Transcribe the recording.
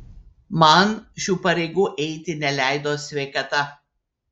man šių pareigų eiti neleido sveikata